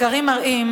מחקרים מראים